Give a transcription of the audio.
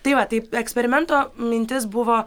tai va taip eksperimento mintis buvo